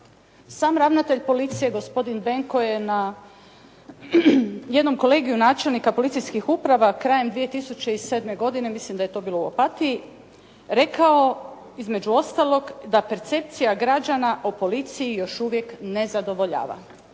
Sam ravnatelj policije gospodin Benko je na jednom kolegiju načelnika policijskih uprava, krajem 2007. godine mislim da je to bilo u Opatiji rekao između ostalog da percepcija građana o policiji još uvijek ne zadovoljava